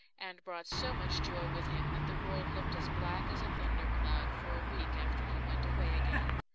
and brought so much joy with him that the world looked as black as a thunder-cloud for a week after he went away again.